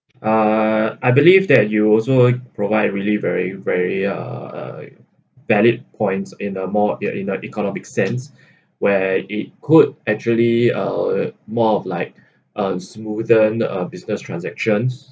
uh I believe that you uh also provide really very very uh uh valid points in a more in a in a economic sense where it could actually uh more of like uh smoothen uh business transactions